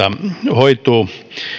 hoituu